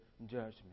judgment